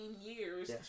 years